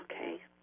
Okay